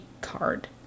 card